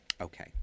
Okay